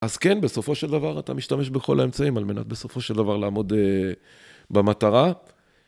אז כן, בסופו של דבר אתה משתמש בכל האמצעים על מנת בסופו של דבר לעמוד במטרה.